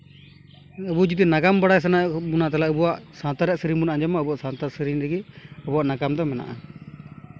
ᱟᱵᱚ ᱡᱩᱫᱤ ᱱᱟᱜᱟᱢ ᱵᱟᱲᱟᱭ ᱥᱟᱱᱟᱭᱮᱫ ᱵᱚᱱᱟ ᱛᱟᱦᱚᱞᱮ ᱟᱵᱚᱣᱟᱜ ᱥᱟᱶᱛᱟ ᱨᱮᱭᱟᱜ ᱥᱤᱨᱤᱧ ᱵᱚᱱ ᱟᱸᱡᱚᱢᱟ ᱟᱵᱚ ᱥᱟᱶᱛᱟ ᱥᱤᱨᱤᱧ ᱨᱮᱜᱤ ᱟᱵᱚᱣᱟᱜ ᱱᱟᱜᱟᱢ ᱫᱚ ᱢᱮᱱᱟᱜᱼᱟ